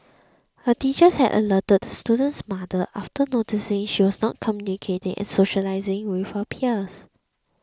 her teachers had alerted the student's mother after noticing that she was not communicating and socialising with her peers